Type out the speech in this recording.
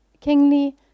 Kingly